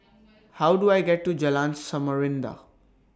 How Do I get to Jalan Samarinda